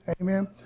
Amen